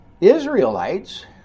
Israelites